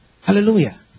Hallelujah